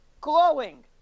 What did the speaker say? glowing